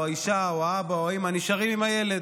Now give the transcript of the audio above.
האישה או האבא או האימא נשארים עם הילד,